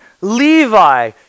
Levi